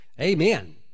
amen